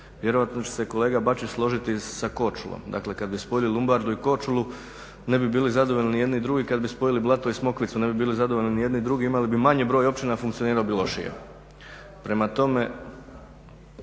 Vjerojatno će se kolega Bačić složiti sa Korčulom, dakle kada bi spojili Lumbardu i Korčulu ne bi bili zadovoljni ni jedni ni drugi, kada bi spojili Blato i Smokvicu ne bi bili zadovoljni ni jedni ni drugi, imali bi manji broj općina funkcionirali bi lošije. Dakle